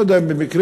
לא יודע אם במקרה,